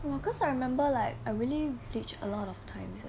cause I remember like I really bleach a lot of times